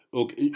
okay